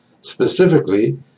Specifically